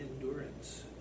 endurance